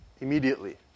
immediately